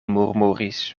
murmuris